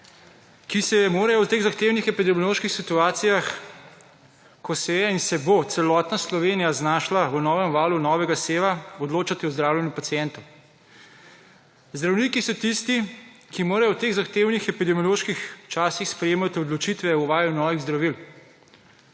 ki se morajo v teh zahtevnih epidemioloških situacijah, ko se je in se bo celotna Slovenija znašla v novem valu novega seva odločati o zdravljenju pacientov. Zdravniki so tisti, ki morajo v teh zahtevnih epidemiološki časih sprejemati odločitve o uvajanju novih zdravil.